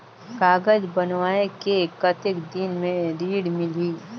कागज बनवाय के कतेक दिन मे ऋण मिलही?